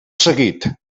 seguit